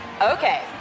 Okay